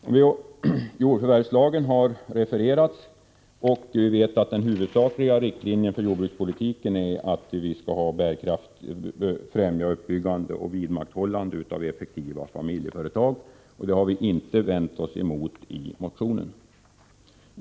Man har under debatten här refererat till jordförvärvslagen, och vi vet att den främsta riktlinjen för jordbruket är att vi skall främja uppbyggande och vidmakthållande av effektiva familjeföretag. Detta har vi motionärer inte vänt oss emot.